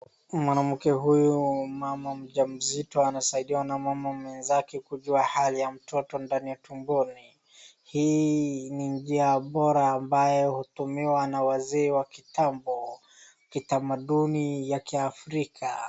Mwanamke huyu mama mjamzito anasaidiwa na mama mwenzake kujua hali ya mtoto ndani ya tumboni. Hii ni njia bora ambayo hutumiwa na wazee wa kitambo, kitamaduni ya Kiafrika.